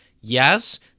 yes